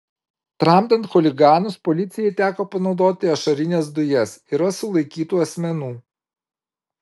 tramdant chuliganus policijai teko panaudoti ašarines dujas yra sulaikytų asmenų